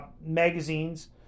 magazines